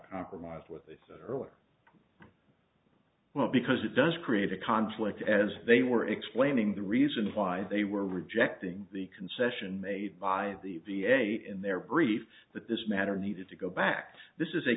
compromised what they said earlier well because it does create a conflict as they were explaining the reason why they were rejecting the concession made by the v a in their brief that this matter needed to go back to this is a